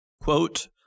Quote